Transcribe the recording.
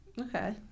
Okay